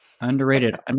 Underrated